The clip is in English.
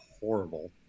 horrible